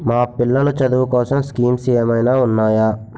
మా పిల్లలు చదువు కోసం స్కీమ్స్ ఏమైనా ఉన్నాయా?